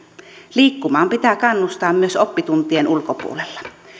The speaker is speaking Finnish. liikkumaan pitää kannustaa myös oppituntien ulkopuolella